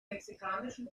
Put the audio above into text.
mexikanischen